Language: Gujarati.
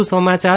વધુ સમાચાર